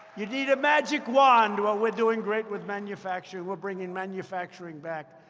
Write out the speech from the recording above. you need a magic wand. well, we're doing great with manufacturing. we're bringing manufacturing back.